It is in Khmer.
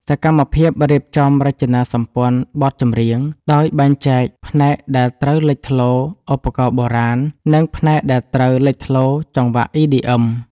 សកម្មភាពរៀបចំរចនាសម្ព័ន្ធបទចម្រៀង ដោយបែងចែកផ្នែកដែលត្រូវលេចធ្លោឧបករណ៍បុរាណ និងផ្នែកដែលត្រូវលេចធ្លោចង្វាក់ EDM។